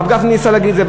הרב גפני ניסה להגיד את זה,